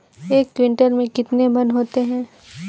एक क्विंटल में कितने मन होते हैं?